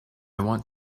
want